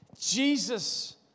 Jesus